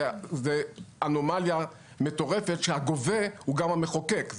זו אנומליה מטורפת שהגובה הוא גם המחוקק.